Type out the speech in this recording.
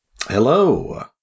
Hello